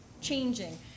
changing